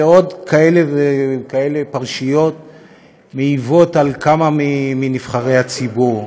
ועוד כאלה וכאלה פרשיות מעיבות על כמה מנבחרי הציבור.